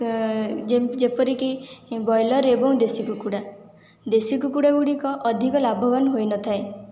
ଯେ ଯେପରିକି ବ୍ରଏଲର୍ ଏବଂ ଦେଶୀ କୁକୁଡ଼ା ଦେଶୀ କୁକୁଡ଼ା ଗୁଡ଼ିକ ଅଧିକ ଲାଭବାନ ହୋଇନଥାଏ